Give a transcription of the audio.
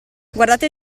guardate